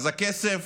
אז הכסף,